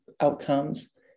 outcomes